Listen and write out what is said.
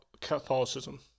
Catholicism